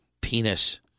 penis